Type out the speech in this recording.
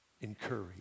encourage